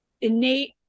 innate